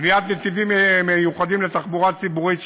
בניית נתיבים מיוחדים לתחבורה ציבורית,